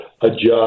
adjust